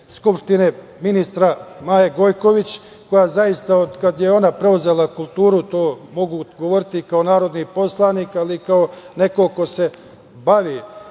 Skupštine, ministra Maje Gojković, koja zaista od kada je ona preuzela kulturu, to mogu govoriti kao narodni poslanik, ali i kao neko ko se bavi